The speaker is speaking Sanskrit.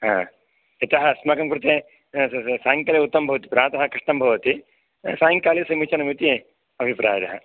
ह यतः अस्माकं कृते सायंकाले उत्तमं भवति प्रातः कष्टं भवति सायंकाले समीचीनम् इति अभिप्रायः